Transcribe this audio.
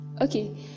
okay